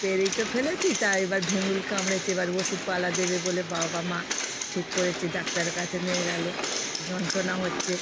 পেড়েই তো ফেলেছি তা এবার ভিমরুল কামড়েছে এবার ওষুধপালা দেবে বলে বাবা মা ঠিক করেছে ডাক্তারের কাছে নিয়ে গেলো যন্ত্রণা হচ্ছে